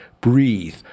breathe